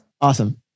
awesome